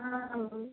आं आं